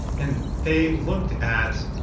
and they looked at